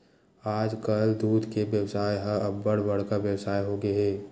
आजकाल दूद के बेवसाय ह अब्बड़ बड़का बेवसाय होगे हे